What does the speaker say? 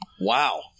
Wow